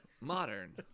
Modern